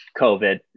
COVID